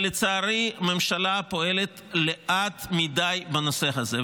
לצערי הממשלה פועלת לאט מדי בנושא הזה,